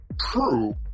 True